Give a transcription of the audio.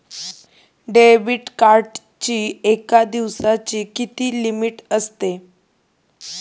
Debit कार्डची एका दिवसाची किती लिमिट असते?